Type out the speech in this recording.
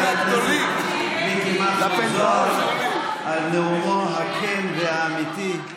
לחבר הכנסת מיקי מכלוף זוהר על נאומו הכן והאמיתי.